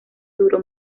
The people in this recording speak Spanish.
duró